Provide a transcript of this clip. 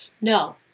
No